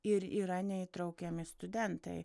ir yra neįtraukiami studentai